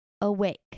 awake